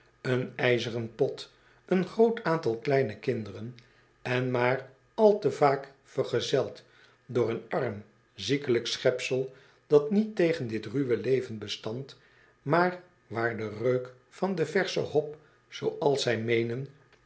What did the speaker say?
een ijzeren pot een groot aantal kleine kinderen en maar al te vaak vergezeld door een arm ziekelijk schepsel dat niet tegen dit ruwe leven bestand maar waar de reuk van de versche hop zooals zij meenen